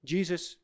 Jesus